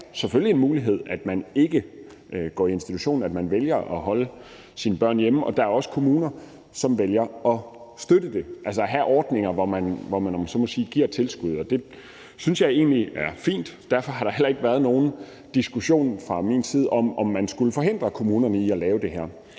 Det er jo selvfølgelig en mulighed, at børn ikke går i institution, og at man vælger at holde sine børn hjemme. Der er også kommuner, som vælger at støtte det, altså have ordninger, hvor de – om man så må sige – giver et tilskud, og det synes jeg egentlig er fint. Og derfor har der heller ikke været nogen diskussion fra min side om, om man skulle forhindre kommunerne i at lave det her.